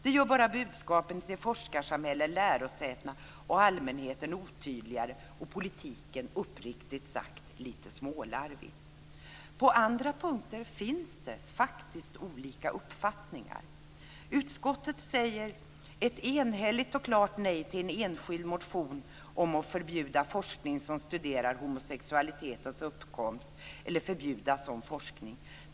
Det gör bara budskapet till forskarsamhället, lärosätena och allmänheten otydligare och politiken uppriktigt sagt lite smålarvigt. På andra punkter finns det faktiskt olika uppfattningar. Utskottet säger ett enhälligt och klart nej till en enskild motion om att förbjuda forskning som studerar homosexualitetens uppkomst eller att förbjuda sådan forskning.